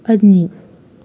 ꯑꯅꯤ